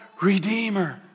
redeemer